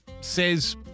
says